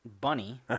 bunny